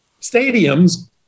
stadiums